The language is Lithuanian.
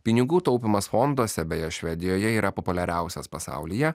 pinigų taupymas fonduose beje švedijoje yra populiariausias pasaulyje